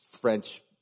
French